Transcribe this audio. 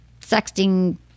sexting